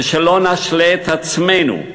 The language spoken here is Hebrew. ושלא נשלה את עצמנו,